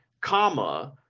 comma